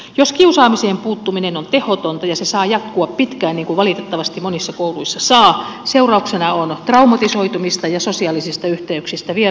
jos kiusaamiseen puuttuminen on tehotonta ja se saa jatkua pitkään niin kuin valitettavasti monissa kouluissa saa seurauksena on traumatisoitumista ja sosiaalisista yhteyksistä vieraantumista